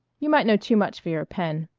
you might know too much for your pen.